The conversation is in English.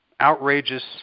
outrageous